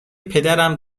پدرم